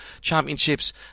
championships